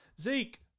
Zeke